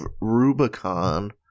rubicon